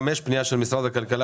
מה שהיה משרד הפנים, כל-בו שלום כזה?